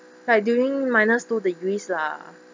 like during minus two degrees lah